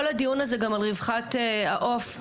כל הדיון על רווחת העוף,